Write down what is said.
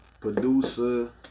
producer